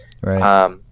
Right